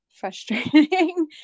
frustrating